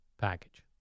package